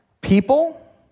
people